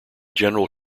general